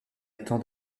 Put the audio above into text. attend